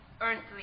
earthly